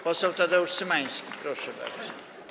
Poseł Tadeusz Cymański, proszę bardzo.